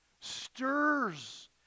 stirs